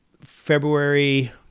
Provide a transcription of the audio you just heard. February